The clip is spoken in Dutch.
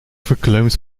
verkleumd